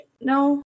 No